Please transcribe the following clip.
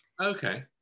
Okay